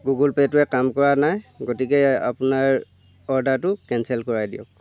Google পে'টোৱে কাম কৰা নাই গতিকে আপোনাৰ অৰ্ডাৰটো কেনচেল কৰাই দিয়ক